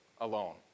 alone